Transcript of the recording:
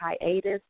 hiatus